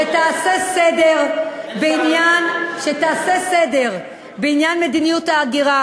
שתעשה סדר בעניין מדיניות ההגירה.